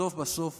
בסוף בסוף